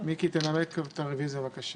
תנמק את הרוויזיה בבקשה.